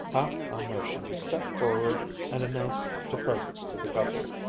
half a notion to step forward and announce her presence to the couple,